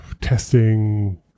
testing